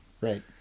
right